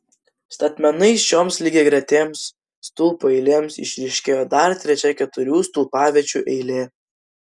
statmenai šioms lygiagretėms stulpų eilėms išryškėjo dar trečia keturių stulpaviečių eilė